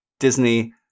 Disney